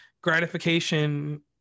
gratification